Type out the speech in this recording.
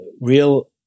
real